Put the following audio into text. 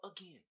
again